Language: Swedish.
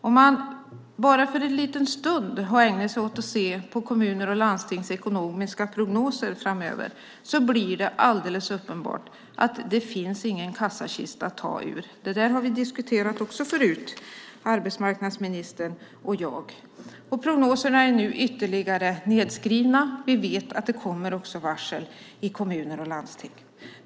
Om man bara ägnar en liten stund åt att se på kommuners och landstings ekonomiska prognoser framöver blir det alldeles uppenbart att det inte finns någon kassakista att ta ur. Det har vi diskuterat tidigare, arbetsmarknadsministern och jag. Prognoserna är nu nedskrivna ytterligare. Vi vet att det kommer varsel även i kommuner och landsting.